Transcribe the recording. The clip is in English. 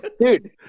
Dude